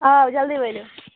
آ جَلدی ؤلِو